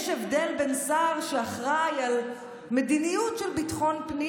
יש הבדל בין שר שאחראי למדיניות של ביטחון פנים